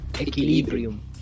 Equilibrium